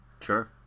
Sure